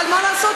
אבל מה לעשות,